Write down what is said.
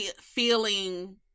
feeling